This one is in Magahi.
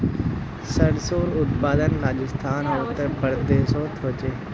सर्सोंर उत्पादन राजस्थान आर उत्तर प्रदेशोत होचे